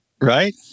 Right